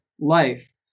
life